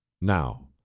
Now